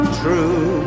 true